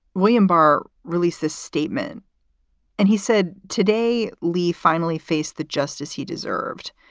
william barr released this statement and he said today, lee finally face the justice he deserved.